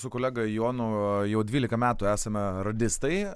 su kolega jonu jau dvylika metų esame radistai